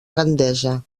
gandesa